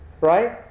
right